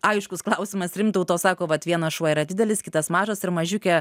aiškus klausimas rimtauto sako vat vienas šuo yra didelis kitas mažas ir mažiukė